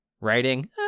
Writing